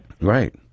Right